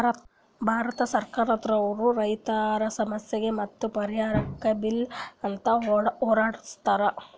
ಭಾರತ್ ಸರ್ಕಾರ್ ದವ್ರು ರೈತರ್ ಸಮಸ್ಯೆಗ್ ಮತ್ತ್ ಪರಿಹಾರಕ್ಕ್ ಬಿಲ್ ಅಂತ್ ಹೊರಡಸ್ತಾರ್